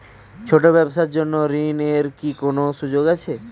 ছোট ব্যবসার জন্য ঋণ এর কি কোন সুযোগ আছে?